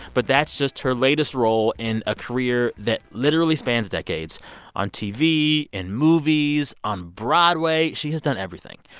but that's just her latest role in a career that literally spans decades on tv and movies, on broadway. she has done everything.